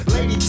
Lady